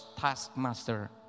taskmaster